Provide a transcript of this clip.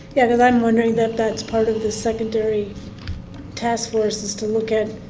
yeah, because i'm wondering if that's part of the secondary task forces to look at,